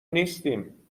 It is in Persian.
نیستیم